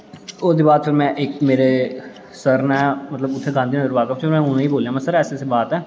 ओह्दे बाद फिर इक मेरे सर न में मतलब गांधी नगर कालेज च बाक्फ हे ते उ'नें बोलेआ कि ऐसे ऐसे बात है